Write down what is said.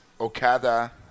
Okada